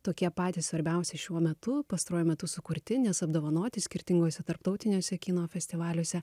tokie patys svarbiausi šiuo metu pastaruoju metu sukurti nes apdovanoti skirtinguose tarptautiniuose kino festivaliuose